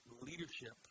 leadership